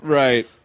right